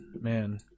man